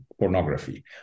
pornography